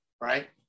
right